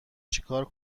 چیکار